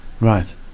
right